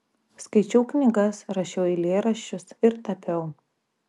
skaičiau knygas rašiau eilėraščius ir tapiau